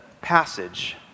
passage